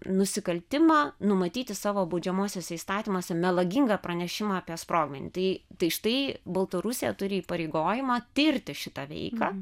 nusikaltimą numatyti savo baudžiamuosiuose įstatymuose melagingą pranešimą apie sprogmenį tai tai štai baltarusija turi įpareigojimą tirti šitą veiką